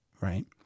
right